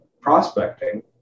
prospecting